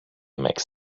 makes